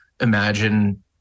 imagine